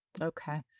Okay